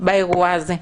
באירוע הזה.